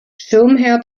schirmherr